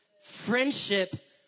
Friendship